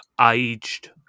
aged